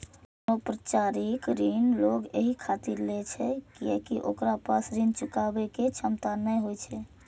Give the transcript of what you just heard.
अनौपचारिक ऋण लोग एहि खातिर लै छै कियैकि ओकरा पास ऋण चुकाबै के क्षमता नै होइ छै